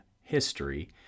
history